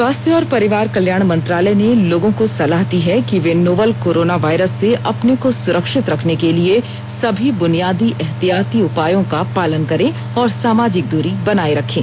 स्वास्थ्य और परिवार कल्याण मंत्रालय ने लोगों को सलाह दी है कि वे नोवल कोरोना वायरस से अपने को सुरक्षित रखने के लिए सभी बुनियादी एहतियाती उपायों का पालन करें और सामाजिक दूरी बनाए रखें